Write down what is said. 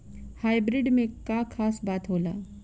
Hybrid में का खास बात होला?